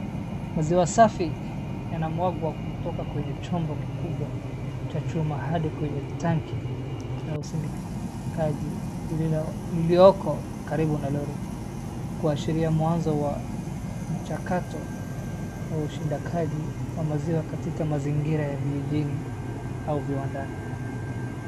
Maziwa safi yanamwagwa kutoka kwenye chombo kikubwa cha chuma hadi kwenye tanki la usindikaji lilioko karibu na lori. Kuashiria mwanzo wa mchakato wa usindikaji wa maziwa katika mazingira ya vijijini au viwandani.